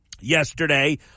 yesterday